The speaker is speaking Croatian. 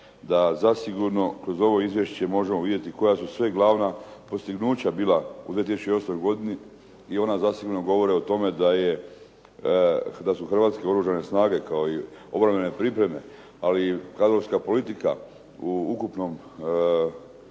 da zasigurno kroz ovo izvješće možemo vidjeti koja su sve glavna postignuća bila u 2008. godini i ona zasigurno govore o tome da su Hrvatske oružane snage kao i obrambene pripreme ali i kadrovska politika u ukupnom